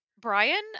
Brian